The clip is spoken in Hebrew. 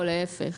או להיפך.